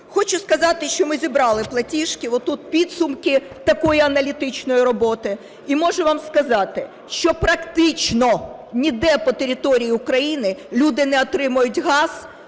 Хочу сказати, що ми зібрали платіжки, тут підсумки такої аналітичної роботи. І можу вам сказати, що практично ніде по території України люди не отримують газ